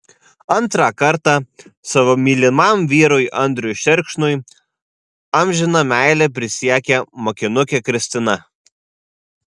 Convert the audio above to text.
antrą kartą savo mylimam vyrui andriui šerkšnui amžiną meilę prisiekė mokinukė kristina